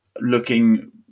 looking